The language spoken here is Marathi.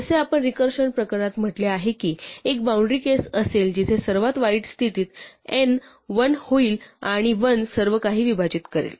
जसे आपण रिकर्षण प्रकरणात म्हटले आहे की एक बाऊंड्री केस असेल जिथे सर्वात वाईट स्थितीत n 1 होईल आणि 1 सर्वकाही विभाजित करेल